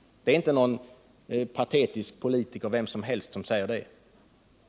— Det är inte någon patetisk politiker vem som helst som säger det;